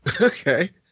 Okay